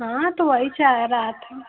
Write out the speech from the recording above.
हाँ तो वही चाह रहे हैं